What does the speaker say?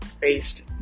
based